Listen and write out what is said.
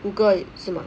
不过是吗